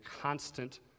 constant